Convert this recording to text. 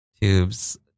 Tubes